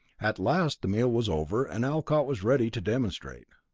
at last the meal was over, and arcot was ready to demonstrate.